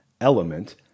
element